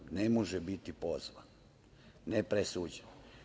Dakle, ne može biti pozvan, ne presuđen.